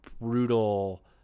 brutal